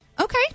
Okay